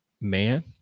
man